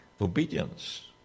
obedience